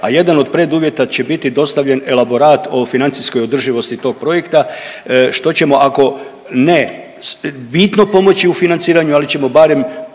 a jedan od preduvjeta će biti dostavljen elaborat o financijskoj održivosti tog projekta, što ćemo ako ne bitno pomoći u financiranju, ali ćemo barem